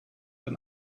ein